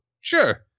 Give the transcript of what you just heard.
sure